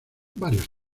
varios